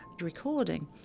recording